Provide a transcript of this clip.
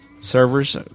Servers